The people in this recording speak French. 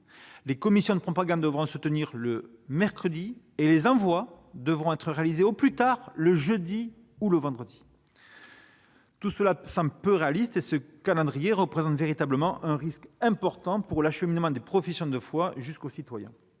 les commissions de propagande devront se réunir le mercredi et les envois devront être réalisés, au plus tard, le jeudi ou le vendredi. Peu réaliste, ce calendrier représente un risque pour l'acheminement des professions de foi jusqu'aux citoyens.